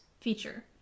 feature